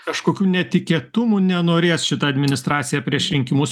kažkokių netikėtumų nenorės šita administracija prieš rinkimus